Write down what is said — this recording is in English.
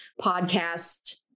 podcast